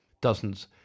dozens